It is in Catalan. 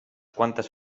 quantes